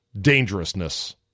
dangerousness